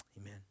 amen